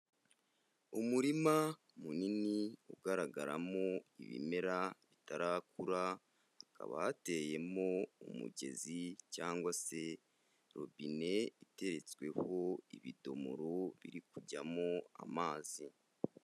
Umurima munini ugaragaramo ibimera bitarakura. Hakaba hateyemo umugezi cyangwa se robine iteretsweho ibidomoro birikujyamo amazi.